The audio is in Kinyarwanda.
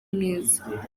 myiza